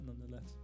nonetheless